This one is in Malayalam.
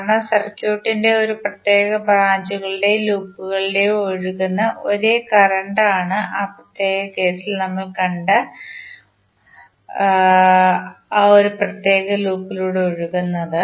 കാരണം സർക്യൂട്ടിന്റെ ഒരു പ്രത്യേക ബ്രാഞ്ച്ലൂടെയും ലൂപ്പിലൂടെയും ഒഴുക്കുന്ന ഒരേ കറന്റ് ആണ് ആ പ്രത്യേക കേസിൽ നമ്മൾ കണ്ട ഒരു പ്രത്യേക ലൂപ്പിലൂടെയും ഒഴുകുന്നത്